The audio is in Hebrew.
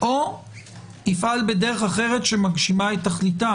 או יפעל בדרך אחרת שמגשימה את תכליתן